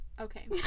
Okay